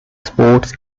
sports